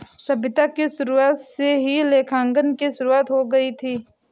सभ्यता की शुरुआत से ही लेखांकन की शुरुआत हो गई थी